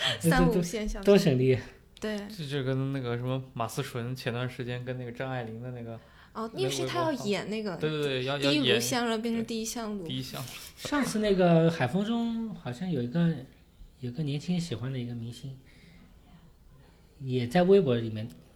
都- 都- 都-三五线小-都省力。对。这- 这就跟那个什么马思纯前段时间跟那个张爱玲的那个-哦，那是她要那个微博号，演那个对，对，对，要- 要演。《第一炉香》了，变成《第一香炉》。对，《第一香炉》。 上次那个《海风中》好像有一个- 有个年轻人喜欢的一个明星，也在微博里面